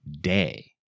day